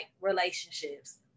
relationships